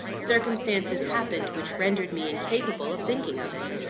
circumstances happened which rendered me incapable of thinking of it.